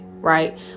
right